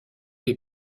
les